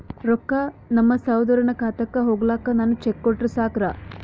ರೊಕ್ಕ ನಮ್ಮಸಹೋದರನ ಖಾತಕ್ಕ ಹೋಗ್ಲಾಕ್ಕ ನಾನು ಚೆಕ್ ಕೊಟ್ರ ಸಾಕ್ರ?